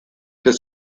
des